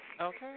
Okay